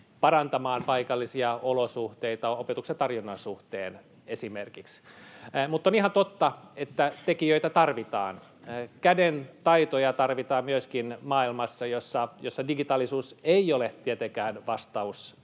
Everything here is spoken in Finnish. parantamaan paikallisia olosuhteita opetuksen tarjonnan suhteen, esimerkiksi. Mutta on ihan totta, että tekijöitä tarvitaan. Myöskin kädentaitoja tarvitaan maailmassa, jossa digitaalisuus ei ole tietenkään vastaus